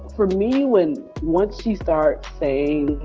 for me, when, once she starts saying,